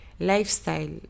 lifestyle